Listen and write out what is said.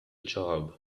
job